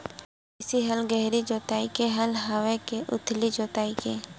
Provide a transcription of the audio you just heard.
देशी हल गहरी जोताई के हल आवे के उथली जोताई के?